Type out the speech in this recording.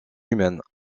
humaines